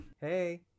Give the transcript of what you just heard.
Hey